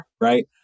Right